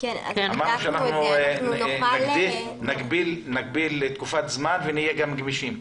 אמרת שאנחנו נגביל לתקופת זמן ונהיה גם גמישים.